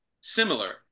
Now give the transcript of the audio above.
similar